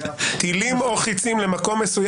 אתה אוטו-אנטישמי תומך רוצחים.